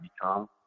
become